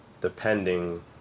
depending